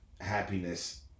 happiness